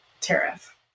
tariff